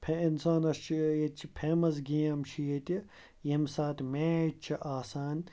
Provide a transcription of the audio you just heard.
فے اِنسانَس چھِ ییٚتہِ چھِ فیمَس گیم چھِ ییٚتہِ ییٚمہِ ساتہٕ میچ چھِ آسان